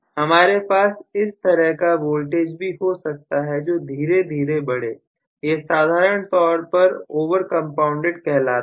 हमारे पास इस तरह का वोल्टेज भी हो सकता है जो धीरे धीरे बड़े यह साधारण तौर पर ओवर कंपाउंडेड कहलाता है